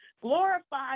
Glorify